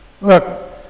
look